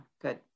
good